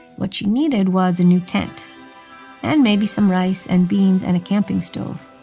what she needed was a new tent and maybe some rice and beans and a camping stove.